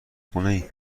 خونه